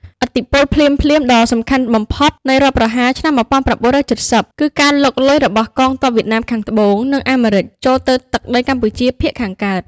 ឥទ្ធិពលភ្លាមៗដ៏សំខាន់បំផុតនៃរដ្ឋប្រហារឆ្នាំ ១៩៧០ គឺការលុកលុយរបស់កងទ័ពវៀតណាមខាងត្បូង និងអាមេរិកចូលទឹកដីកម្ពុជាភាគខាងកើត។